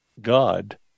god